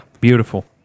beautiful